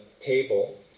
table